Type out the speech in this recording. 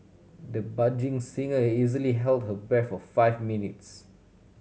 the budding singer easily held her breath for five minutes